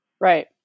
Right